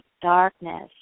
darkness